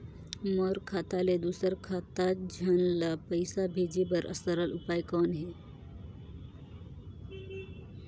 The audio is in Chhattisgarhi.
मोर खाता ले दुसर झन ल पईसा भेजे बर सरल उपाय कौन हे?